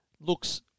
looks